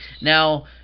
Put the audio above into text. now